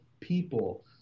people